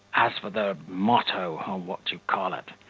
as for the motto, or what you call it,